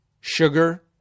sugar